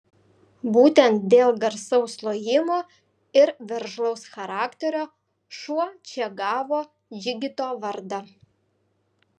būtent dėl garsaus lojimo ir veržlaus charakterio šuo čia gavo džigito vardą